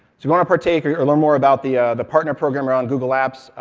you want to partake or learn more about the the partner program around google apps,